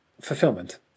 fulfillment